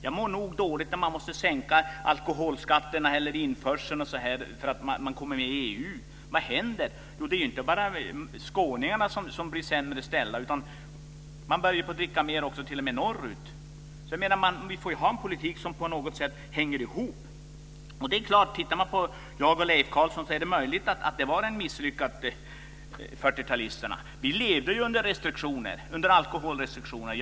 Jag mår dåligt när vi måste sänka alkoholskatterna eller ändra införselreglerna därför att vi kommer med i EU. Vad händer? Jo, det är inte bara skåningarna som blir sämre ställda, utan man börjar dricka mer t.o.m. norrut. Vi får ha en politik som på något sätt hänger ihop. Det är möjligt, Leif Carlson, att det var misslyckat med 40-talisterna. Vi levde under alkoholrestriktioner.